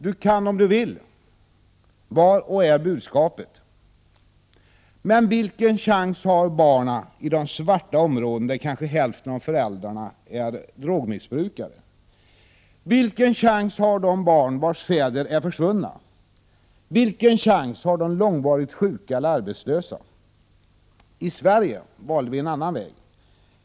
Budskapet var och är att: ”Du kan om du vill.” Men vilken chans har barnen i de svarta områdena där kanske hälften av föräldrarna är drogmissbrukare? Vilken chans har de barn vilkas fäder är försvunna? Vilken chans har de långvarigt sjuka eller arbetslösa? I Sverige valde vi en annan väg.